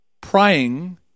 praying